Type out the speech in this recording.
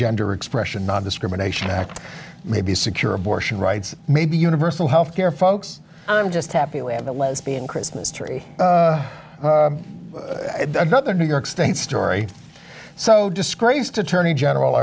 gender expression not discrimination act maybe secure abortion rights maybe universal health care folks i'm just happy we have the lesbian christmas tree another new york state story so disgraced attorney general